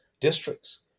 districts